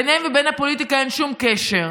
בינם לבין הפוליטיקה אין שום קשר.